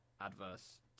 adverse